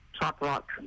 top-rock